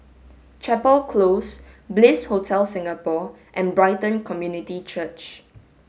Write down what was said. Chapel Close Bliss Hotel Singapore and Brighton Community Church